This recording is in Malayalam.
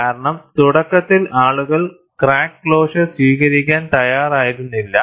കാരണം തുടക്കത്തിൽ ആളുകൾ ക്രാക്ക് ക്ലോഷർ സ്വീകരിക്കാൻ തയ്യാറായിരുന്നില്ല